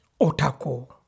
Otako